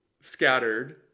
scattered